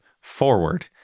forward